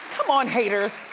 come on, haters.